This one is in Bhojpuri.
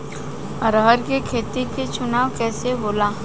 अरहर के खेत के चुनाव कइसे होला?